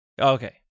Okay